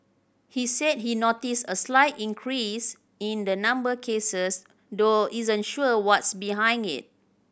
he said he noticed a slight increase in the number cases though isn't sure what's behind it